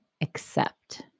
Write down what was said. accept